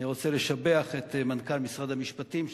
אני רוצה לשבח את מנכ"ל משרד המשפטים,